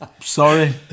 Sorry